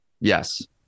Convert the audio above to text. Yes